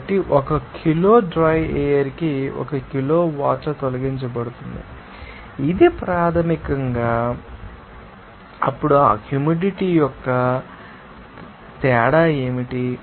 కాబట్టి ఒక kilo dry air కి ఒక కిలో వాటర్ తొలగించబడుతుంది ఇది ప్రాథమికంగా అప్పుడు ఆ హ్యూమిడిటీ యొక్క తేడా ఏమిటి